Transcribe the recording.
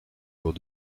bord